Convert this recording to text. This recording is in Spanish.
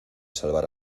salvar